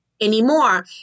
anymore